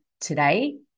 today